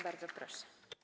Bardzo proszę.